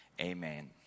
Amen